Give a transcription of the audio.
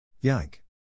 Yank